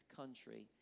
country